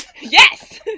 yes